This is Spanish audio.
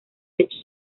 techo